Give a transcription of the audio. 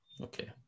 Okay